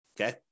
okay